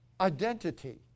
identity